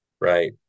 Right